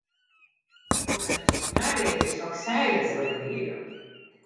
velkantis suknelę jai tiesiog seilės varvėjo